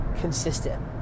consistent